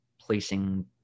placing